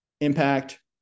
impact